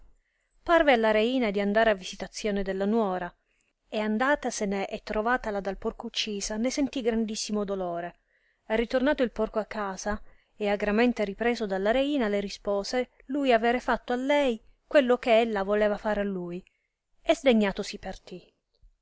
parve alla reina di andar a visitazione della nuora e andatasene e trovatala dal porco uccisa ne sentì grandissimo dolore e ritornato il porco a casa e agramente ripreso dalla reina le rispose lui avere fatto a lei quello che ella voleva far a lui e sdegnato si partì